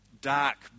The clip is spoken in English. dark